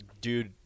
Dude